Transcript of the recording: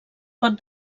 pot